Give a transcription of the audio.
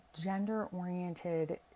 gender-oriented